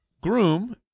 groom